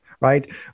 right